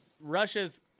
Russia's